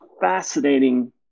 fascinating